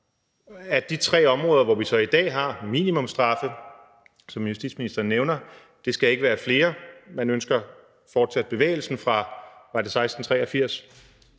at de tre områder, hvor vi så i dag har minimumsstraffe, som justitsministeren nævner, ikke skal være flere. Man ønsker fortsat bevægelsen fra, var